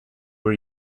were